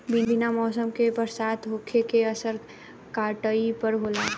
बिना मौसम के बरसात होखे के असर काटई पर होला